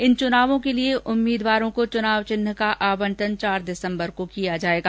इन चुनावों के लिए उम्मीदवारों को चुनाव चिन्ह का आवंटन चार दिसंबर को किया जाएगा